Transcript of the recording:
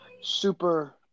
super